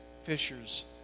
fishers